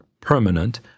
permanent